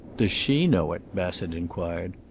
does she know it? bassett inquired.